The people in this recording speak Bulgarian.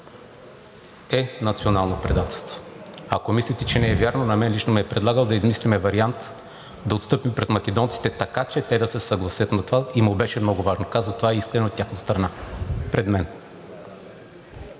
е национално предателство! Ако мислите, че не е вярно, на мен лично ми е предлагал да измислим вариант да отстъпим пред македонците така, че те да се съгласят на това – и му беше много важно, каза: „Това е искане от тяхна страна“, пред мен.